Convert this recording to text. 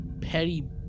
petty